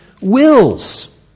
wills